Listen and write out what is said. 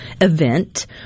event